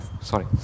Sorry